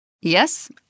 Yes